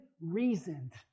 reasoned